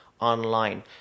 online